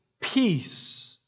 peace